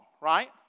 right